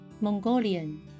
Mongolian